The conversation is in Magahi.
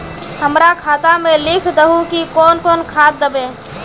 हमरा खाता में लिख दहु की कौन कौन खाद दबे?